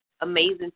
amazing